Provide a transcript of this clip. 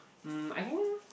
um I think